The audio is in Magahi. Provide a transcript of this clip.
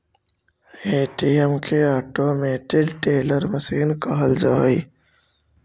ए.टी.एम के ऑटोमेटेड टेलर मशीन कहल जा हइ